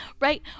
Right